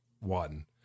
one